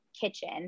kitchen